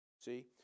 See